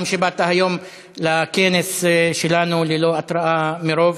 גם שבאת היום לכנס שלנו ללא התראה מראש.